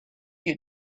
you